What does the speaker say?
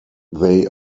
they